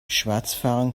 schwarzfahren